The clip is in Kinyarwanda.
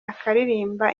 akaririmba